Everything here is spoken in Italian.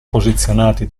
posizionati